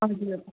हजुर